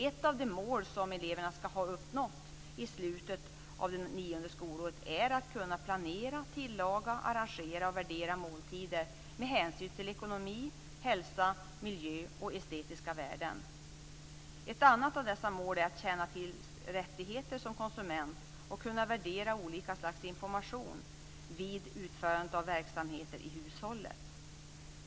Ett av de mål som eleverna ska ha uppnått i slutet av det nionde skolåret är att kunna planera, tillaga, arrangera och värdera måltider med hänsyn till ekonomi, hälsa, miljö och estetiska värden. Ett annat av dessa mål är att som konsument känna till sina rättigheter och kunna värdera olika slags information vid utförandet av verksamheter i hushållet.